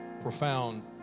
profound